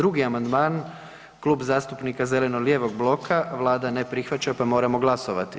2. amandman Klub zastupnika zeleno-lijevog bloka Vlada ne prihvaća, pa moramo glasovati.